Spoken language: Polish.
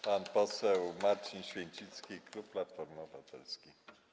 Pan poseł Marcin Święcicki, klub Platformy Obywatelskiej.